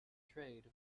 trade